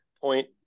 point